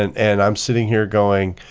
and and i'm sitting here going,